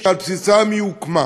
שעל בסיסם היא הוקמה.